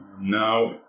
Now